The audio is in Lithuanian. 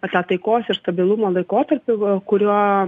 tą taikos ir stabilumo laikotarpį kuriuo